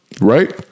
right